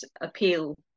appeal